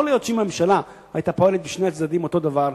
יכול להיות שאם הממשלה היתה פועלת בשני הצדדים באותה דרך